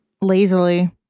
lazily